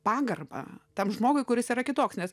pagarbą tam žmogui kuris yra kitoks nes